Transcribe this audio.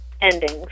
endings